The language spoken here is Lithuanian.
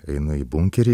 einu į bunkerį